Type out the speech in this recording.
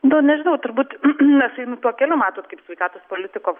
nu nežinau turbūt nes einu tuo keliu matot kaip sveikatos politikos